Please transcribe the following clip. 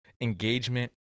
engagement